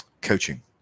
coaching